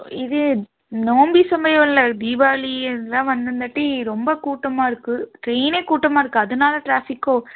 இது நோம்பி சமயம் இல்லை தீபாவளி வந்தங்காட்டி ரொம்ப கூட்டமாக இருக்கு ட்ரெயின்னே கூட்டமாக இருக்கு அதனால ட்ராஃபிக்கோ